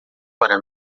para